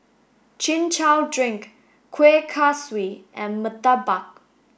Chin Chow Drink Kueh Kaswi and Murtabak